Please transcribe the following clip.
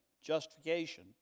justification